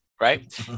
Right